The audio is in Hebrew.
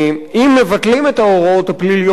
אם מבטלים את ההוראות הפליליות האלה,